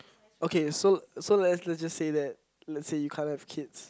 okay so so let's let's just say that let's say you can't have kids